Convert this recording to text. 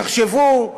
תחשבו,